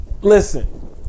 listen